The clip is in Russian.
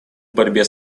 борьбе